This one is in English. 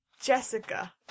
Jessica